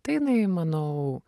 tai jinai manau